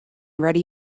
ready